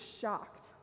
shocked